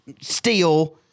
steal